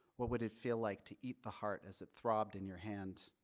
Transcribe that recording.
what would it feel like to eat the heart as it throbbed in your hand?